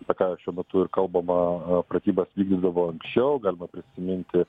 apie ką šiuo metu ir kalbama pratybas vykdydavo anksčiau galima prisiminti